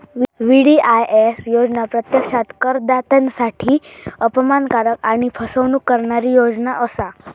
VDIS योजना प्रत्यक्षात करदात्यांसाठी अपमानकारक आणि फसवणूक करणारी योजना असा